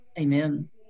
Amen